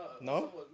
No